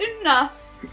enough